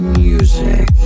music